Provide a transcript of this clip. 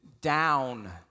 down